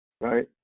Right